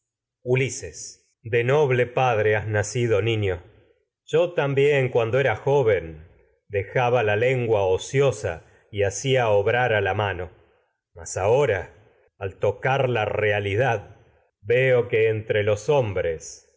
ulises de noble padre has nacido niño yo tam bién cuando obrar a era joven dejaba la lengua ociosa mas y hacía veo la mano ahora al tocar no la realidad que entre los hombres